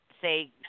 say